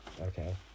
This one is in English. okay